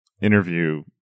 interview